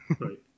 Right